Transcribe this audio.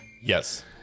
Yes